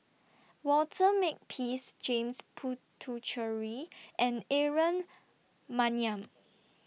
Walter Makepeace James Puthucheary and Aaron Maniam